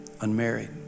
unmarried